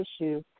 issue